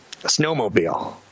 snowmobile